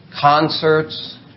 concerts